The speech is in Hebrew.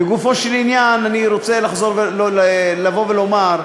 לגופו של עניין, אני רוצה לחזור, לבוא ולומר: